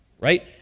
right